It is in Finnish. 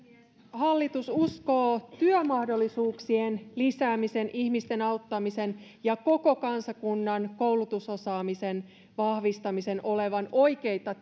hallitus uskoo työmahdollisuuksien lisäämisen ihmisten auttamisen ja koko kansakunnan koulutusosaamisen vahvistamisen olevan oikeita